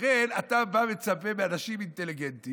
לכן אתה בא, מצפה מאנשים אינטליגנטים